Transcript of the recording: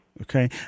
Okay